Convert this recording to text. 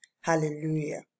Hallelujah